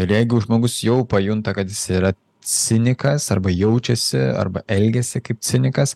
ir jeigu žmogus jau pajunta kad jis yra cinikas arba jaučiasi arba elgiasi kaip cinikas